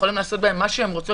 יכולים לעשות בהן מה שרוצים,